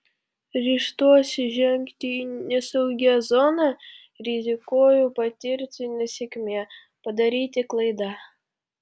ryžtuosi žengti į nesaugią zoną rizikuoju patirti nesėkmę padaryti klaidą